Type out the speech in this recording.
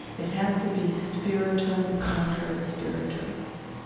it has to be spiritum contra spiritus.